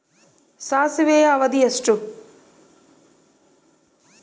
ಸಾಸಿವೆಯ ಅವಧಿ ಎಷ್ಟು?